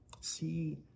See